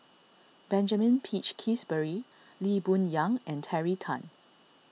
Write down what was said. Benjamin Peach Keasberry Lee Boon Yang and Terry Tan